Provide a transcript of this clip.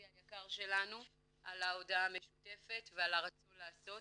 היקר שלנו על ההודעה המשותפת ועל הרצון לעשות,